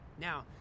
Now